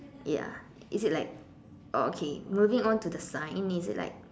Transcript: ya is it like oh okay moving on to the sign is it like